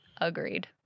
agreed